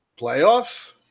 Playoffs